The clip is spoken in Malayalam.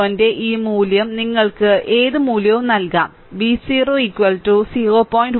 V0 ന്റെ ഈ മൂല്യം നിങ്ങൾക്ക് ഏത് മൂല്യവും നൽകാം V0 0